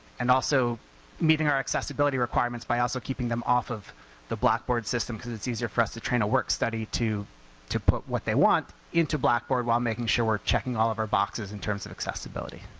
and also meeting our accessibility requirements by also keeping them off of the blackboard system, cause it's easier for us to train a work-study to to put what they want into blackboard while making sure we're checking all of our boxes in terms of accessibility.